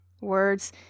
Words